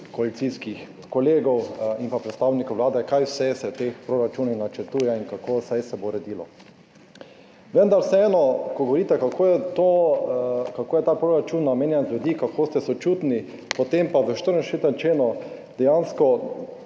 koalicijskih kolegov in predstavnikov Vlade, kaj vse se v teh proračunih načrtuje in kako se bo vse uredilo. Vendar vseeno, ko govorite, kako je to, kako je ta proračun namenjen za ljudi, kako ste sočutni, potem pa v 64. členu dejansko